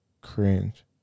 Cringe